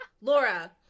Laura